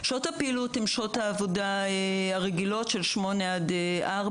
שעות הפעילות הן שעות העבודה הרגילות של 16:00-08:00.